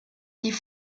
die